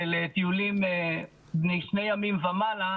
של טיולים עם שני ימים ומעלה,